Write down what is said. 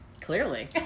clearly